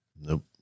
Nope